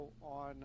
on